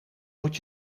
moet